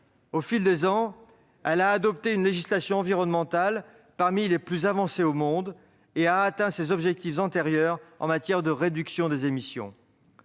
Au fil des ans, elle a adopté une législation environnementale parmi les plus avancées au monde et elle a atteint ses objectifs antérieurs en matière de réduction des émissions.